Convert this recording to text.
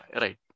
right